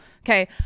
okay